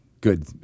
Good